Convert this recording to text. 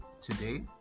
today